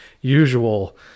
usual